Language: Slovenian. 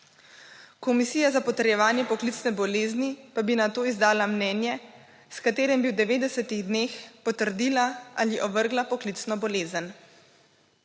komisija za potrjevanje poklicne bolezni pa bi nato izdala mnenje, s katerim bi v 90 dneh potrdila ali ovrgla poklicno bolezen.